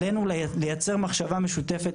עלינו לייצר מחשבה משותפת.